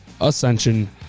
ascension